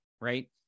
right